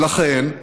ולכן,